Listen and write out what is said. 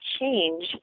change